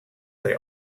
they